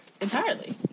entirely